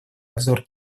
обзор